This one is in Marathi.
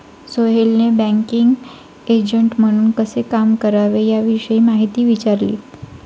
सोहेलने बँकिंग एजंट म्हणून कसे काम करावे याविषयी माहिती विचारली